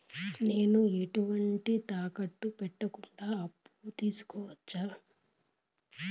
నేను ఎటువంటి తాకట్టు పెట్టకుండా అప్పు తీసుకోవచ్చా?